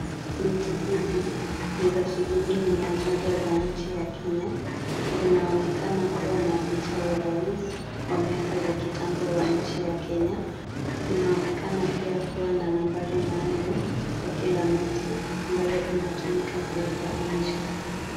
Noti hizi ni za shilingi mia moja za nchi ya Kenya. Zinaonekana kuwa na picha ya rais wa miaka za kitambo wa nchi ya Kenya. Zinaonekana pia kuwa na nambari maalum kwa kila noti, ambayo inatumika kuifahamisha.